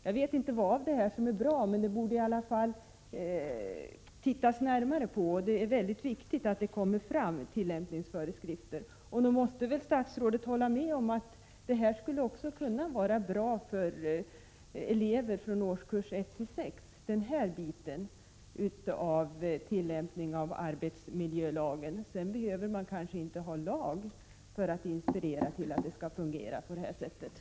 Jag vet inte vilka förslag som är bra, men man borde i alla fall se på saken. Det är mycket viktigt att vi får tillämpningsföreskrifter. Nog måste väl statsrådet hålla med om att den här biten när det gäller tillämpning av arbetsmiljölagen skulle kunna vara bra också för eleverna i årskurserna 1-6. På lågoch mellanstadierna behöver man kanske inte ha en lag för att allt skall fungera på det sätt som avses.